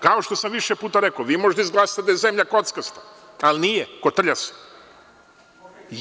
Kao što sam više puta rekao, vi možete da izglasate da je zemlja kockasta, ali nije, kotrlja se.